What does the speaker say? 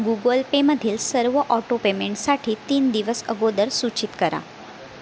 Google पेमधील सर्व ऑटोपेमेंटसाठी तीन दिवस अगोदर सूचित करा